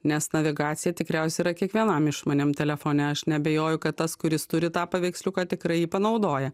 nes navigacija tikriausiai yra kiekvienam išmaniam telefone aš neabejoju kad tas kuris turi tą paveiksliuką tikrai panaudoja